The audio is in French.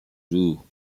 jours